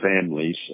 families